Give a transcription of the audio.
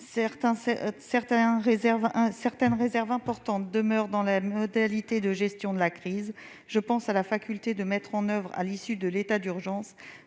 Certaines réserves importantes demeurent dans les modalités de gestion de la crise : je pense à la faculté de mettre en oeuvre, à l'issue de l'état d'urgence